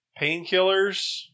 painkillers